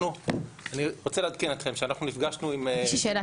יש לי שאלה,